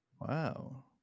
Wow